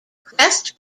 crest